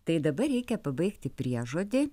tai dabar reikia pabaigti priežodį